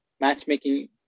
matchmaking